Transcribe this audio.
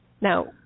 Now